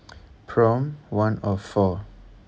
prompt one or four